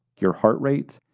your heart rate,